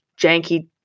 janky